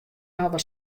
hawwe